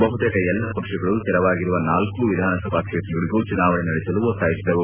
ಬಹುತೇಕ ಎಲ್ಲಾ ಪಕ್ಷಗಳು ತೆರವಾಗಿರುವ ನಾಲ್ಲು ವಿಧಾನಸಭಾ ಕ್ಷೇತ್ರಗಳಗೂ ಚುನಾವಣೆ ನಡೆಸಲು ಒತ್ತಾಯಿಸಿದವು